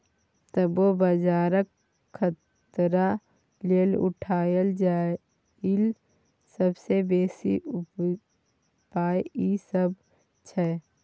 तबो बजारक खतरा लेल उठायल जाईल सबसे बेसी उपाय ई सब छै